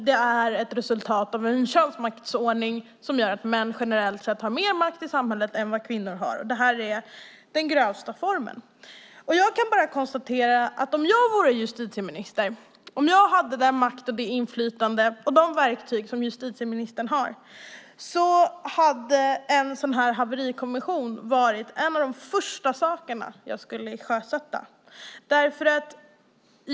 Det är ett resultat av en könsmaktsordning som gör att män generellt sett har mer makt i samhället än vad kvinnor har. Det här är den grövsta formen. Jag kan bara konstatera att om jag vore justitieminister och om jag hade den makt, det inflytande och de verktyg som justitieministern har skulle en sådan här haverikommission vara en av de första saker jag skulle sjösätta.